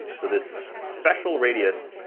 so this special radius,